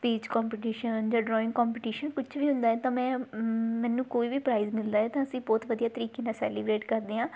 speech competition ਜਾਂ drawing competition ਕੁਝ ਵੀ ਹੁੰਦਾ ਹੈ ਤਾਂ ਮੈਂ ਮੈਨੂੰ ਕੋਈ ਵੀ ਪ੍ਰਾਈਜ਼ ਮਿਲਦਾ ਹੈ ਤਾਂ ਅਸੀਂ ਬਹੁਤ ਵਧੀਆ ਤਰੀਕੇ ਨਾਲ਼ ਸੈਲੀਬ੍ਰੇਟ ਕਰਦੇ ਹਾਂ